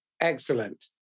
Excellent